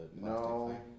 No